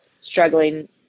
struggling